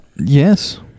Yes